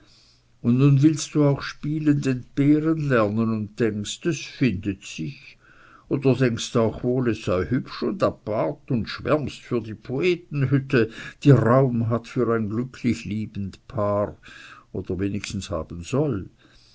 und nun willst du auch spielend entbehren lernen und denkst es findet sich oder denkst auch wohl es sei hübsch und apart und schwärmst für die poetenhütte die raum hat für ein glücklich liebend paar oder wenigstens haben soll